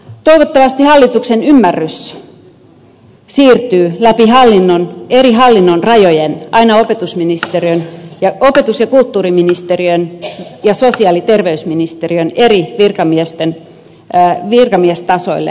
toivottavasti hallituksen ymmärrys siirtyy läpi hallinnon eri hallinnonrajojen aina opetus ja kulttuuriministeriön ja sosiaali ja terveysministeriön eri virkamiestasoille asti